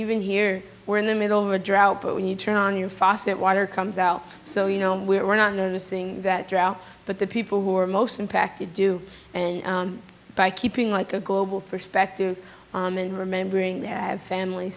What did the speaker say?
even here we're in the middle of a drought but when you turn on your fosset water comes out so you know we're not noticing that drought but the people who are most impacted do and by keeping like a global perspective and remembering their family